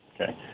Okay